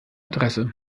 adresse